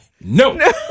no